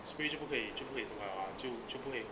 spray 就不可以就不可以什么 ah 就就不会